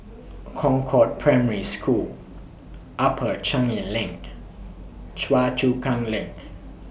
Concord Primary School Upper Changi LINK Choa Chu Kang LINK